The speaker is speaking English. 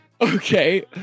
okay